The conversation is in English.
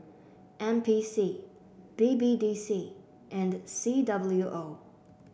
N P C B B D C and C W O